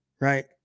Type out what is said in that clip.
right